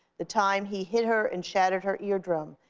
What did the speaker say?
the time he hit her and shattered her eardrum,